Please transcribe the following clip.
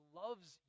loves